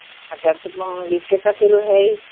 मटर तो बीस रुपए किलो है ही